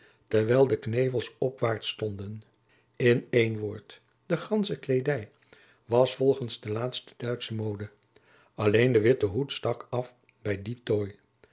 terwijl de knevels opwaart stonden in een woord de gansche kleedij was volgens de laatste duitsche mode alleen de witte hoed stak af bij dien tooi